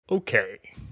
Okay